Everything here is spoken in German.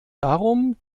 darum